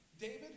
David